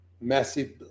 massive